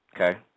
Okay